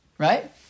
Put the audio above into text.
right